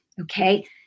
okay